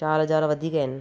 चारि हज़ार वधीक आहिनि